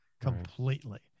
completely